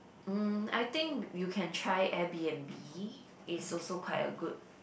mm I think you can try Airbnb is also quite a good